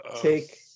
take